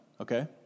Okay